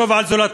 חשוב על זולתך,